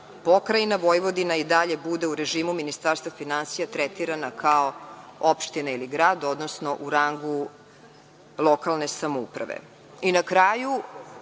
Pokrajina Vojvodina i dalje bude u režimu Ministarstva finansija tretirana kao opština ili grad, odnosno u rangu lokalne samouprave. Na